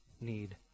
need